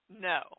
No